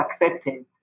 accepted